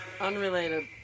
unrelated